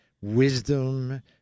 wisdom